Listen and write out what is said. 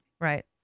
Right